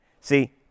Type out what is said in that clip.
See